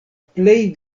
plej